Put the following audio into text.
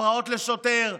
הפרעות לשוטר,